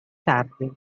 tardi